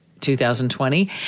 2020